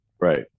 right